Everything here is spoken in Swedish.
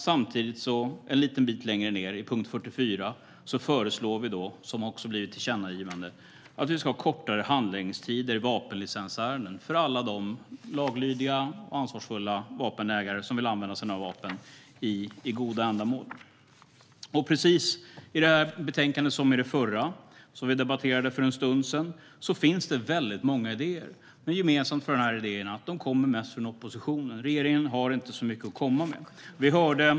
Samtidigt föreslår vi under punkt 44, som också har blivit ett tillkännagivande, att vi ska ha kortare handläggningstider i vapenlicensärenden för alla de laglydiga och ansvarsfulla vapenägare som vill använda sina vapen för goda ändamål. I det här betänkandet finns det precis som i det betänkande som vi debatterade för en stund sedan väldigt många idéer. Men gemensamt för idéerna är att de mest kommer från oppositionen. Regeringen har inte så mycket att komma med.